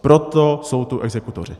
Proto jsou tu exekutoři.